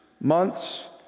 months